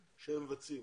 מבצעים.